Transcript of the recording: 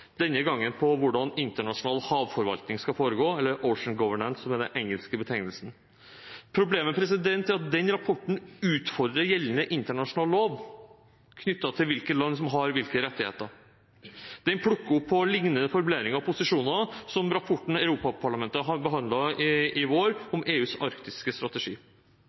denne gangen om hvordan internasjonal havforvaltning – eller «ocean governance», som er den engelske betegnelsen – skal foregå. Problemet er at den rapporten utfordrer gjeldende internasjonal lov knyttet til hvilke land som har hvilke rettigheter. Den bruker liknende formuleringer og posisjoner som finnes i rapporten Europaparlamentet behandlet i vår om EUs arktiske strategi.